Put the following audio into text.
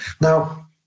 now